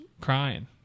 crying